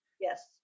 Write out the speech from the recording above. Yes